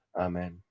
Amen